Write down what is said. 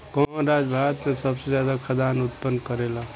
कवन राज्य भारत में सबसे ज्यादा खाद्यान उत्पन्न करेला?